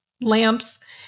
lamps